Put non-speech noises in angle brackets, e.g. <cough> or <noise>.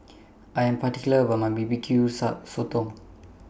I Am particular about My B B Q <unintelligible> Sotong